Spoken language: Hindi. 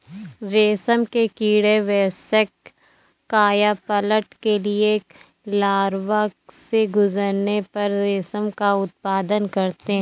रेशम के कीड़े वयस्क कायापलट के लिए लार्वा से गुजरने पर रेशम का उत्पादन करते हैं